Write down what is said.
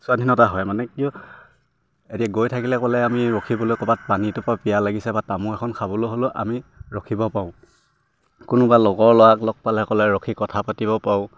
স্বাধীনতা হয় মানে কিয় এতিয়া গৈ থাকিলে ক'লে আমি ৰখিবলৈ ক'ৰবাত পানী এটোপা পিয়াহ লাগিছে বা তামোল এখন খাবলৈ হ'লেও আমি ৰখিব পাৰোঁ কোনোবা লগৰ ল'ৰাক লগ পালে ক'লে ৰখি কথা পাতিব পাৰোঁ